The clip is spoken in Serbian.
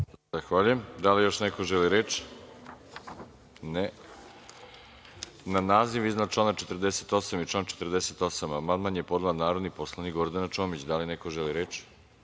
Zahvaljujem. Da li još neko želi reč? (Ne.)Na naziv iznad člana 48. i član 48. amandman je podnela narodni poslanik Gordana Čomić. Da li neko želi reč?